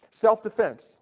Self-defense